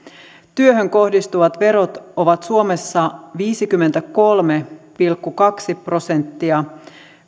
työhön kohdistuvat verot ovat suomessa viisikymmentäkolme pilkku kaksi prosenttia